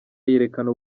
yerekana